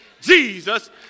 Jesus